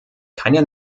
keine